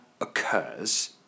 occurs